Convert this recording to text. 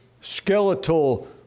skeletal